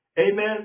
Amen